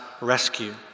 rescue